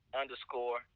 Underscore